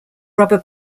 rubber